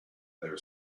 their